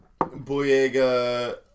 Boyega